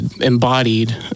embodied